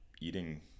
eating